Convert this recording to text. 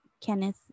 Kenneth